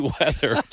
weather